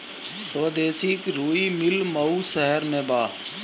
स्वदेशी रुई मिल मऊ शहर में बा